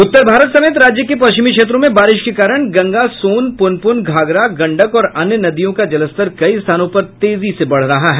उत्तर भारत समेत राज्य के पश्चिमी क्षेत्रों में बारिश के कारण गंगा सोन प्रनप्रन घाघरा गंडक और अन्य नदियों का जलस्तर कई स्थानों पर तेजी से बढ़ा है